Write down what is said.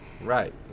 Right